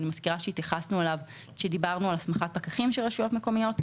אני מזכירה שהתייחסנו אליו כשדיברנו על הסמכת פקחים של רשויות מקומיות,